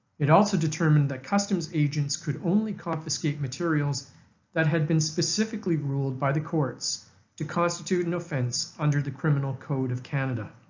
it also determined that customs agents could only confiscate materials that had been specifically ruled by the courts to constitute an offence under the criminal code of canada.